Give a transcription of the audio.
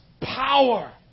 power